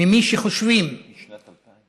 ממי שחושבים, משנת 2000?